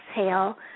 exhale